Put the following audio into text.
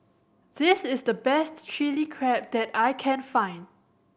this is the best Chilli Crab that I can find